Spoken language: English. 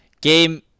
game